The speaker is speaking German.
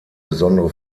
besondere